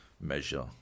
measure